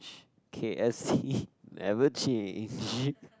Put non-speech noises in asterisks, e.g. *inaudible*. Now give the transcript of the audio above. *noise* k_f_c never change